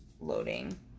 loading